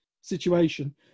situation